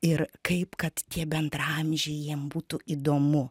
ir kaip kad tie bendraamžiai jiem būtų įdomu